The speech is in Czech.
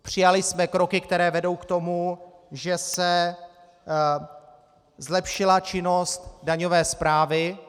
Přijali jsme kroky, které vedou k tomu, že se zlepšila činnost daňové správy.